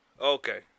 Okay